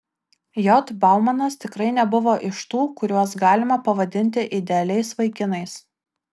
j baumanas tikrai nebuvo iš tų kuriuos galima pavadinti idealiais vaikinais